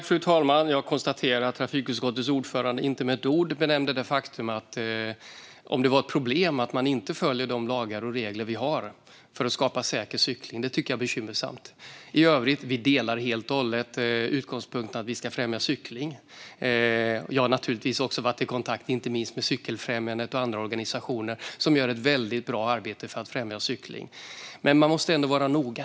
Fru talman! Jag konstaterar att trafikutskottets ordförande inte med ett ord nämner huruvida det är ett problem att man inte följer de lagar och regler vi har för att skapa säker cykling. Det tycker jag är bekymmersamt. I övrigt delar vi helt och hållet utgångspunkten att vi ska främja cykling. Jag har naturligtvis också varit i kontakt med Cykelfrämjandet och andra organisationer som gör ett väldigt bra arbete för att främja cykling. Men vi måste vara noga.